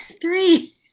Three